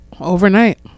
overnight